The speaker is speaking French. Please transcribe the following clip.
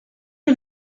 est